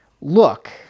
Look